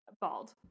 bald